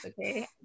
okay